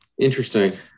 Interesting